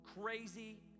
crazy